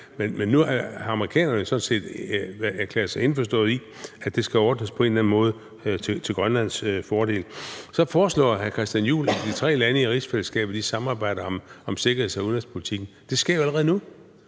var. Nu har amerikanerne sådan set erklæret sig indforstået med, at det skal ordnes på en eller anden måde til Grønlands fordel. Så foreslår hr. Christian Juhl, at de tre lande i rigsfællesskabet samarbejder om sikkerheds- og udenrigspolitikken. Det sker jo allerede nu!